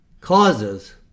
causes